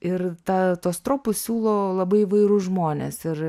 ir ta tuos tropus siūlo labai įvairūs žmonės ir